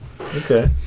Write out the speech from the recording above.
okay